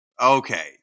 Okay